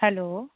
hello